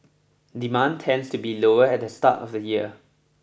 demand tends to be lower at the start of the year